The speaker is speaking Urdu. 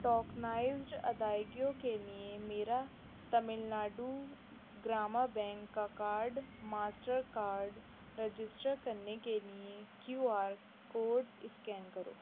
ٹوکنائزڈ ادائیگیوں کے لئے میرا تمل ناڈو گرامہ بینک کا کارڈ ماسٹر کارڈ رجسٹر کرنے کے لئے کیو آر کوڈ اسکین کرو